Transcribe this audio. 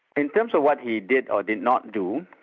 in terms of what he did or did not do,